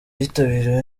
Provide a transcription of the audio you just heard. yitabiriwe